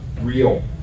real